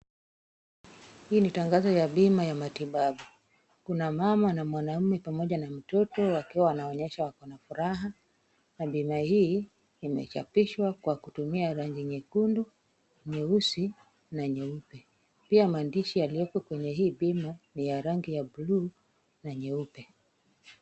Hii ni tangazo ya bima ya matibabu. Kuna mama na mwanaume pamoja na mtoto wakiwa wanaonyesha wako na furaha na bima hii imechapishwa kwa kutumia rangi nyekundu, nyeusi na nyeupe. Pia maandishi yaliyoko kwenye hii bima ni ya rangi ya buluu na nyeupe.